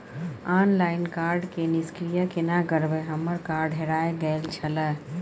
Online card के निष्क्रिय केना करबै हमर कार्ड हेराय गेल छल?